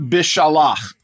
Bishalach